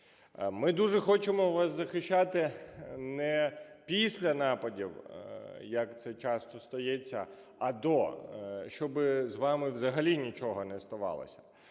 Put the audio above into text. Ми дуже хочемо вас захищати не після нападів, як це часто стається, а до, щоб з вами взагалі нічого не ставалося.